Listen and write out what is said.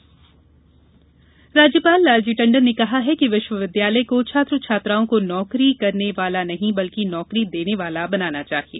राज्यपाल राज्यपाल लालजी टंडन ने कहा है कि विश्वविद्यालय को छात्र छात्राओं को नौकरी करने वाला नहीं बल्कि नौकरी देने वाला बनाए